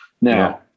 Now